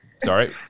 Sorry